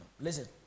listen